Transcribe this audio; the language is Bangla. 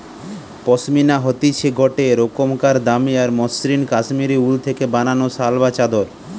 পশমিনা হতিছে গটে রোকমকার দামি আর মসৃন কাশ্মীরি উল থেকে বানানো শাল বা চাদর